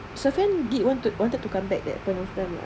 sufian did wanted wanted to come back at that point of time but